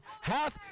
half